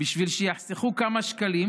בשביל שיחסכו כמה שקלים,